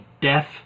Death